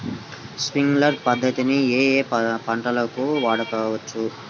Sprinkler పద్ధతిని ఏ ఏ పంటలకు వాడవచ్చు?